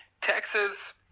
Texas